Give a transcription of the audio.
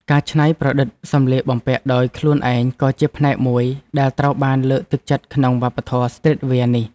ការច្នៃប្រឌិតសម្លៀកបំពាក់ដោយខ្លួនឯងក៏ជាផ្នែកមួយដែលត្រូវបានលើកទឹកចិត្តក្នុងវប្បធម៌ស្ទ្រីតវែរនេះ។